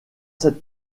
cette